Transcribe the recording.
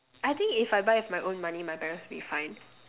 I think if I buy with my own money my parents will be fine